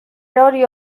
erori